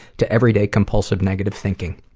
to everyday compulsive negative thinking.